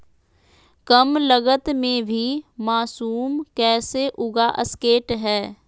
कम लगत मे भी मासूम कैसे उगा स्केट है?